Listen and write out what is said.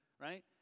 right